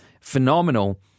Phenomenal